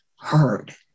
heard